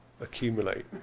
accumulate